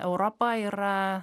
europa yra